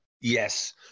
yes